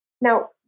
Now